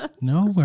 no